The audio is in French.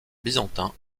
byzantin